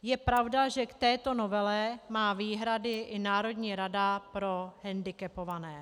Je pravda, že k této novele má výhrady i Národní rada pro hendikepované.